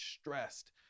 stressed